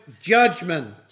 judgment